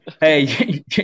Hey